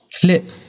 clip